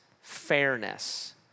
fairness